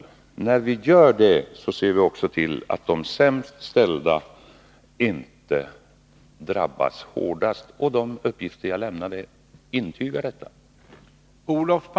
Och när vi sätter in åtgärder för att nå det målet ser vi också till att de sämst ställda inte drabbas hårdast — och de uppgifter jag lämnade intygar detta.